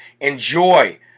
Enjoy